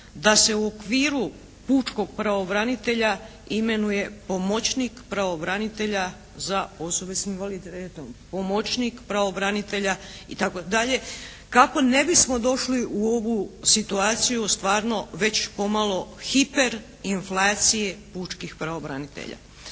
da se u okviru pučkog pravobranitelja imenuje pomoćnik pravobranitelja za osobe s invaliditetom, pomoćnik pravobranitelja itd. kako nebismo došli u ovu situaciju stvarno već pomalo hiperinflacije pučkih pravobranitelja.